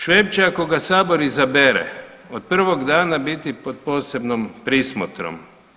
Šveb će ako ga Sabor izabere od prvog dana biti pod posebnom prismotrom.